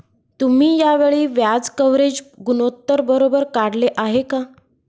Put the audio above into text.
तुम्ही या वेळी व्याज कव्हरेज गुणोत्तर बरोबर काढले आहे का?